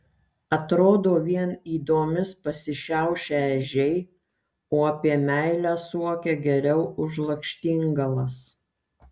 atrodo vien ydomis pasišiaušę ežiai o apie meilę suokia geriau už lakštingalas